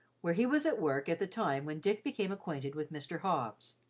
where he was at work at the time when dick became acquainted with mr. hobbs.